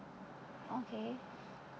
okay